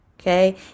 okay